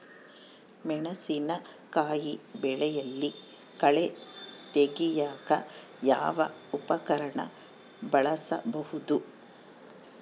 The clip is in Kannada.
ಮೆಣಸಿನಕಾಯಿ ಬೆಳೆಯಲ್ಲಿ ಕಳೆ ತೆಗಿಯಾಕ ಯಾವ ಉಪಕರಣ ಬಳಸಬಹುದು?